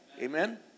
Amen